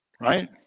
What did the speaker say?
Right